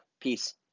Peace